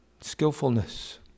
skillfulness